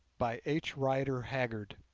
by h. rider haggard